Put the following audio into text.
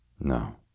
No